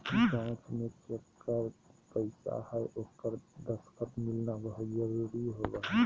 जाँच में जेकर पैसा हइ ओकर दस्खत मिलना बहुत जरूरी होबो हइ